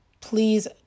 Please